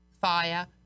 Fire